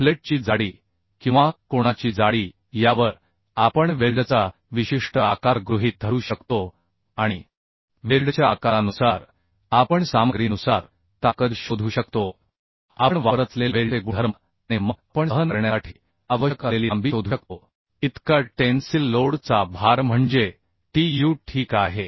प्लेटची जाडी किंवा कोणाची जाडी यावर आपण वेल्डचा विशिष्ट आकार गृहीत धरू शकतो आणि वेल्डच्या आकारानुसार आपण सामग्रीनुसार ताकद शोधू शकतो आपण वापरत असलेल्या वेल्डचे गुणधर्म आणि मग आपण सहन करण्यासाठी आवश्यक असलेली लांबी शोधू शकतो इतका टेन्सिल लोड चा भार म्हणजे Tu ठीक आहे